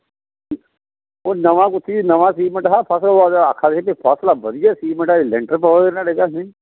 नमां कुत्थै ऐ नमां सीमेंट हा तुस आक्खा दे हे फसक्लास बधिया सीमेंट ऐ लैंटर पवा दे ना न्हाड़े कन्नै